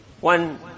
one